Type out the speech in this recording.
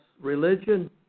religion